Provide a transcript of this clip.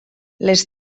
les